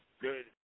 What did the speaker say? Good